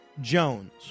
Jones